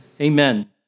Amen